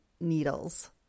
needles